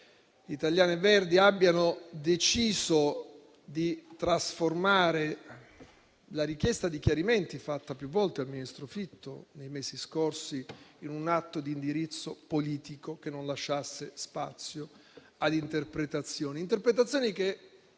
e Sinistra abbiano deciso di trasformare la richiesta di chiarimenti fatta più volte al ministro Fitto nei mesi scorsi in un atto di indirizzo politico che non lasciasse spazio ad interpretazioni, che